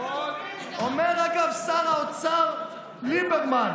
אומר, אגב, שר האוצר ליברמן: